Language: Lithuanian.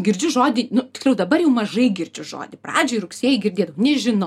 girdžiu žodį nu tiksliau dabar jau mažai girdžiu žodį pradžioj rugsėjy girdėdavau nežinau